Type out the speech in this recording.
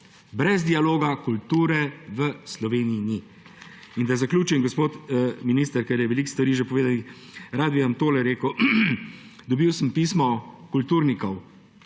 Brez dialoga kulture v Sloveniji ni. Naj zaključim, gospod minister, ker je bilo veliko stvari že povedanih. Rad bi vam tole rekel, dobil sem pismo kulturnikov,